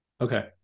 okay